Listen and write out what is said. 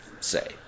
say